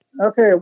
Okay